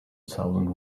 thousand